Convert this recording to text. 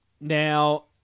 Now